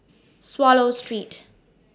Swallow Street